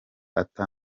ata